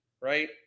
right